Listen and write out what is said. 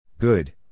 Good